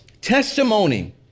testimony